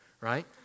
right